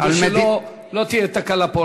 כדי שלא תהיה תקלה פה,